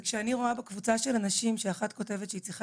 כשאני רואה בקבוצה של הנשים הללו שאחת כותבת שהיא צריכה